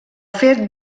fet